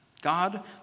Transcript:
God